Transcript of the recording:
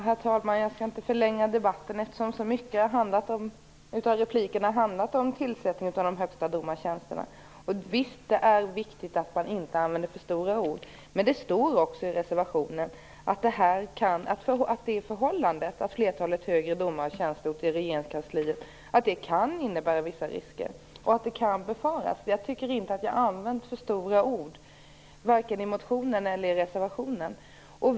Herr talman! Jag skall inte förlänga debatten, eftersom en stor del av replikerna har handlat om tillsättningen av de högsta domartjänsterna. Det är viktigt att man inte använder för stora ord, men det står i reservationen att det förhållandet att flertalet högre domare har tjänstgjort i Regeringskansliet kan innebära vissa risker. Jag tycker inte att jag har använt för stora ord vare sig i motionen eller i reservationen.